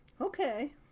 Okay